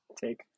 take